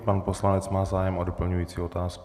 Pan poslanec má zájem o doplňující otázku?